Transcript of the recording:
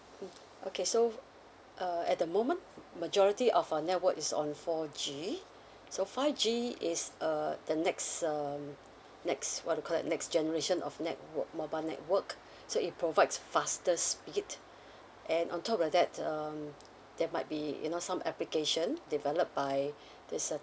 okay so uh at the moment majority of our network is on four G so five G is uh the next um next what you called that next generation of network mobile network so it provides faster speed and on top of that um there might be you know some application developed by this uh